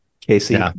Casey